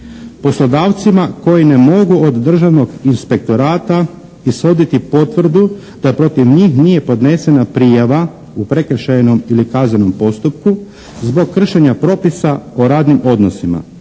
poslodavcima koji ne mogu od Državnog inspektorata ishoditi potvrdu da protiv njih nije podnesena prijava u prekršajnom ili kaznenom postupku zbog kršenja propisa o radnim odnosima.